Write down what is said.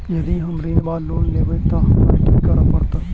यदि हम ऋण वा लोन लेबै तऽ हमरा की करऽ पड़त?